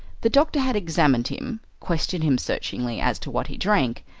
the doctor had examined him, questioned him searchingly as to what he drank,